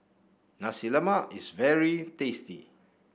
Nasi Lemak is very tasty